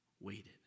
waited